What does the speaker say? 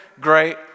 great